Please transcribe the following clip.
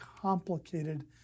complicated